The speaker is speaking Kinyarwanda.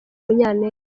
munyaneza